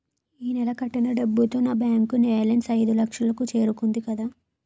ఈ నెల కట్టిన డబ్బుతో నా బ్యాంకు బేలన్స్ ఐదులక్షలు కు చేరుకుంది కదా